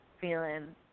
feeling